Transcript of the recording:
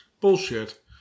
Bullshit